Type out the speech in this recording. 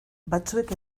batzuek